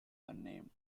unnamed